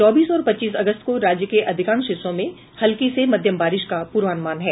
चौबीस और पच्चीस अगस्त को राज्य के अधिकांश हिस्सों में हल्की से मध्यम बारिश का पूर्वानुमान है